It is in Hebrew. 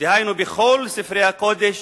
דהיינו, בכל ספרי הקודש